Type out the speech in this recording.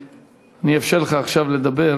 אני אאפשר לך עכשיו לדבר.